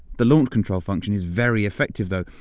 the launch control function is very effective, though.